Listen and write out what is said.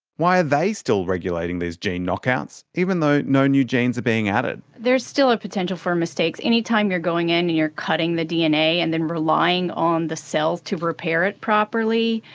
why are they still regulating these gene knockouts, even though no new genes are being added? there is still a potential for mistakes. any time you're going in and you're cutting the dna and then relying on the cells to repair it properly,